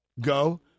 Go